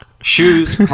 Shoes